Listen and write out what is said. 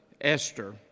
Esther